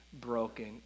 broken